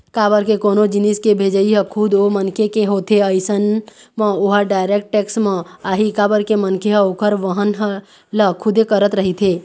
काबर के कोनो जिनिस के भेजई ह खुद ओ मनखे के होथे अइसन म ओहा डायरेक्ट टेक्स म आही काबर के मनखे ह ओखर वहन ल खुदे करत रहिथे